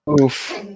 Oof